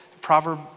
Proverb